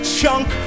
chunk